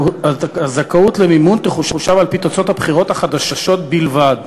והזכאות למימון תחושב על-פי תוצאות הבחירות החדשות בלבד.